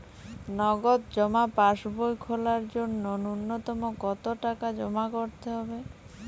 নগদ জমা পাসবই খোলার জন্য নূন্যতম কতো টাকা জমা করতে হবে?